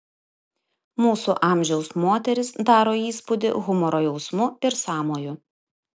mūsų amžiaus moteris daro įspūdį humoro jausmu ir sąmoju